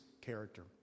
character